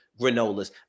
Granolas